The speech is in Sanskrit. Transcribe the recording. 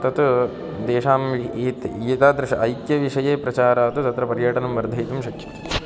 तत् तेषां एतत् एतादृशम् ऐक्यविषये प्रचारात् तत्र पर्यटनं वर्धयितुं शक्यते